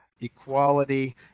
equality